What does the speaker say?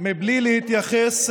זה מפריע.